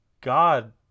God